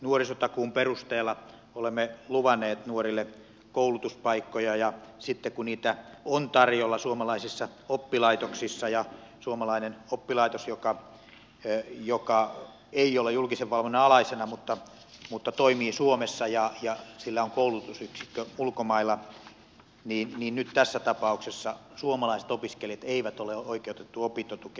nuorisotakuun perusteella olemme luvanneet nuorille koulutuspaikkoja ja sitten kun niitä on tarjolla suomalaisissa oppilaitoksissa ja on suomalainen oppilaitos joka ei ole julkisen valvonnan alaisena mutta toimii suomessa ja jolla on koulutusyksikkö ulkomailla niin nyt tässä tapauksessa suomalaiset opiskelijat eivät ole oikeutettuja opintotukeen